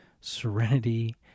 serenity